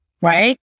right